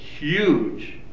Huge